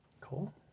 Cool